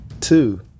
Two